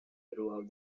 throughout